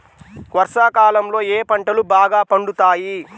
వర్షాకాలంలో ఏ పంటలు బాగా పండుతాయి?